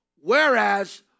Whereas